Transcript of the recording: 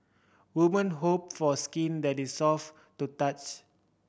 woman hope for skin that is soft to touch